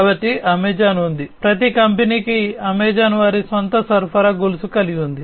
కాబట్టి అమెజాన్ ఉంది ప్రతి కంపెనీకి అమెజాన్ వారి స్వంత సరఫరా గొలుసును కలిగి ఉంది